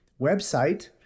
website